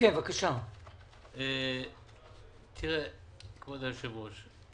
כבוד היושב-ראש,